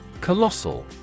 Colossal